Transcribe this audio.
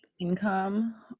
income